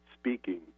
speaking